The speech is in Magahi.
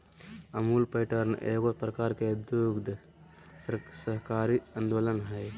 अमूल पैटर्न एगो प्रकार के दुग्ध सहकारी आन्दोलन हइ